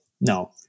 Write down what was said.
No